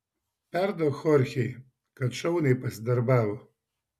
perduok chorchei kad šauniai pasidarbavo